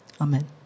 Amen